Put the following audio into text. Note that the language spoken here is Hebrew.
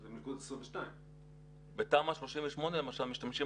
זה מלכוד 22. בתמ"א 38 למשל משתמשים